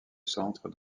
centre